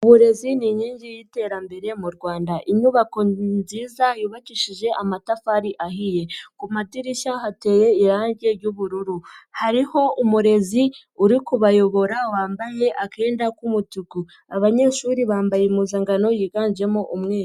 Uburezi ni inkingi y'iterambere mu Rwanda. Inyubako nziza yubakishije amatafari ahiye. Ku madirishya hateye irangi ry'ubururu. Hariho umurezi uri kubayobora, wambaye akenda k'umutuku. Abanyeshuri bambaye impuzangano yiganjemo umweru.